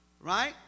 right